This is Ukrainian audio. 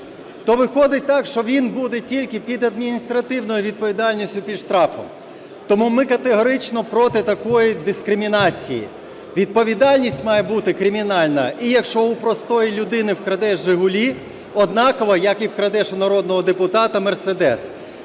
то виходить так, що він буде тільки під адміністративною відповідальністю – під штрафом. Тому ми категорично проти такої дискримінації. Відповідальність має бути кримінальна і якщо у простої людини вкрадеш "Жигулі", однаково, як і вкрадеш у народного депутата "Мерседес".